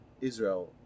Israel